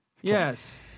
Yes